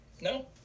No